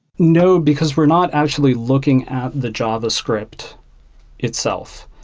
no, because we're not actually looking at the javascript itself.